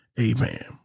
Amen